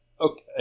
Okay